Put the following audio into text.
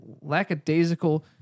lackadaisical